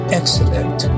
excellent